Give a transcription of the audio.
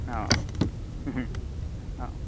হা অ